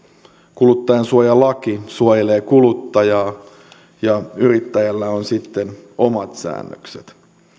kuluttajansuojalaki suojelee kuluttajaa ja yrittäjällä on sitten omat säännökset